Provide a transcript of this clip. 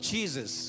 Jesus